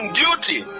duty